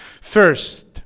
first